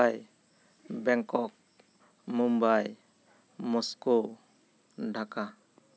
Dubai Bangkok Mumbai Moscow Dhaka